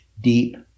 deep